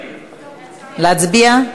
להצביע?